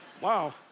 wow